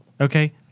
Okay